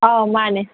ꯑꯥ ꯃꯥꯅꯦ